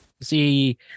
see